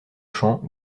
chant